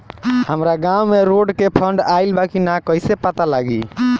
हमरा गांव मे रोड के फन्ड आइल बा कि ना कैसे पता लागि?